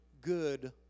good